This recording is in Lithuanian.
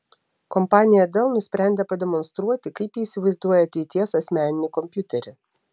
kompanija dell nusprendė pademonstruoti kaip ji įsivaizduoja ateities asmeninį kompiuterį